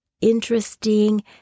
interesting